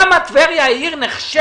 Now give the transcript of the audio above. למה טבריה היא עיר נחשלת